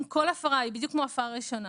אם כל הפרה היא בדיוק כמו הפרה ראשונה,